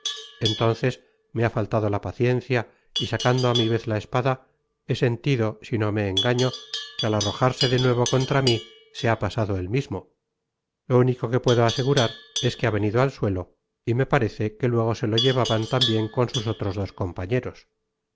entonces me ha faltado la paciencia y sacando á mi vez la espada he sentido si no me engaño que al arrojarse de nuevo contra mí se ha pasado él mismo lo único que puedo asegurar es que ha venido al suelo y me parece que luego se lo llevaban tambien con sus otros dos compañeros